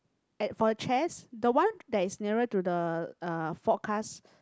at for chairs the one that is nearer to the uh forecast